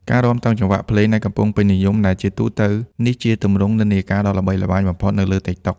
ការរាំតាមចង្វាក់ភ្លេងដែលកំពុងពេញនិយមដែលជាទូទៅ នេះជាទម្រង់និន្នាការដ៏ល្បីល្បាញបំផុតនៅលើ TikTok។